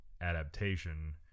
adaptation